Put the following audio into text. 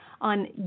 on